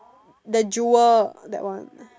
the Jewel that one